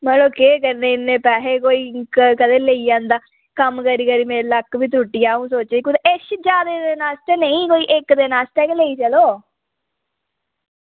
मड़ो केह् करने इ'न्ने पैसे कोई क कदे लेई जंदा कम्म करी करी मेरा लक्क बी त्रुट्टी आ आऊं सोच्चा दी कुतै अच्छा ज्यादा दिन आस्तै नेईं कोई इक दो दिन आस्तै गै लेई चलो